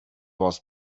was